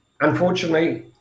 Unfortunately